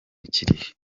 kirihe